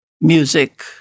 music